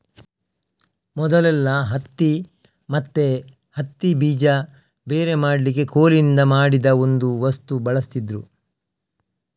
ಮೊದಲೆಲ್ಲಾ ಹತ್ತಿ ಮತ್ತೆ ಹತ್ತಿ ಬೀಜ ಬೇರೆ ಮಾಡ್ಲಿಕ್ಕೆ ಕೋಲಿನಿಂದ ಮಾಡಿದ ಒಂದು ವಸ್ತು ಬಳಸ್ತಿದ್ರು